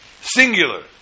singular